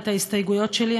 את ההסתייגויות שלי,